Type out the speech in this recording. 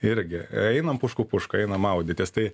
irgi einam pušku pušku einam maudytis tai